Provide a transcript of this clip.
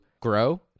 grow